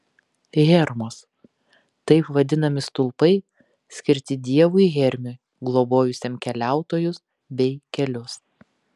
hermos taip vadinami stulpai skirti dievui hermiui globojusiam keliautojus bei kelius